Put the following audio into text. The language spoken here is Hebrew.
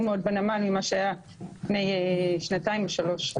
מאוד בנמל ממה שהיה לפני שנתיים או שלום.